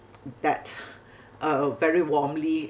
that uh very warmly